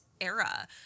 era